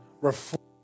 reflect